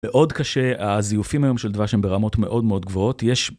מאוד קשה, הזיופים היום של דבש הם ברמות מאוד מאוד גבוהות. יש